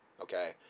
okay